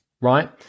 Right